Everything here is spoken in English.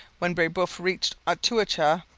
when brebeuf reached otouacha,